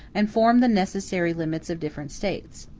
and form the necessary limits of different states.